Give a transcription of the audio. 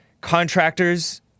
contractors